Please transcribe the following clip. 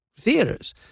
theaters